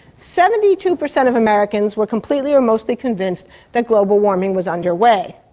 seventy two percent of americans were completely or mostly convinced that global warming was underway.